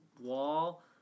Wall